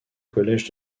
collège